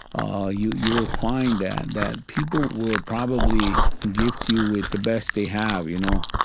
ah you you will find and that people will probably gift you with the best they have, you know,